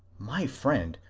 my friend,